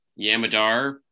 Yamadar